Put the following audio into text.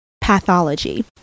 pathology